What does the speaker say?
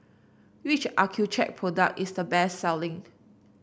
which Accucheck product is the best selling